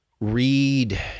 read